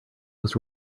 was